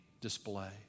display